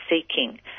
seeking